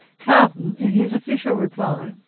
carleton, in his official reply,